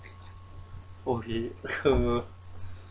okay uh